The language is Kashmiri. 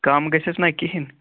کَم گژھٮ۪س نَہ کِہیٖنۍ